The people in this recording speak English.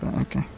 Okay